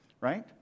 right